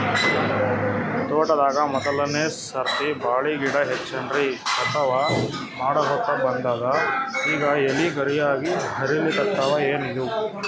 ತೋಟದಾಗ ಮೋದಲನೆ ಸರ್ತಿ ಬಾಳಿ ಗಿಡ ಹಚ್ಚಿನ್ರಿ, ಕಟಾವ ಮಾಡಹೊತ್ತ ಬಂದದ ಈಗ ಎಲಿ ಕರಿಯಾಗಿ ಹರಿಲಿಕತ್ತಾವ, ಏನಿದು?